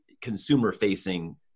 consumer-facing